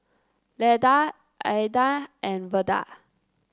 Leda Aedan and Verda